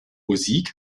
musik